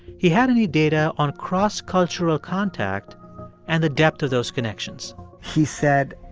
he had any data on cross-cultural contact and the depth of those connections he said,